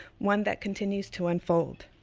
one that continues to unfold.